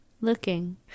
Looking